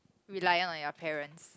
reliant on your parents